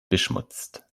beschmutzt